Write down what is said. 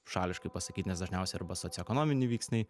šališkai pasakyt nes dažniausiai arba socioekonominiai veiksniai